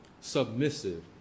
submissive